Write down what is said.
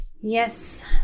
Yes